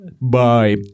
Bye